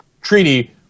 treaty